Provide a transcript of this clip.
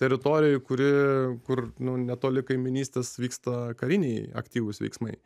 teritorijoj kuri kur nu netoli kaimynystės vyksta kariniai aktyvūs veiksmai